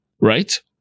right